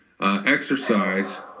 exercise